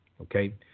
Okay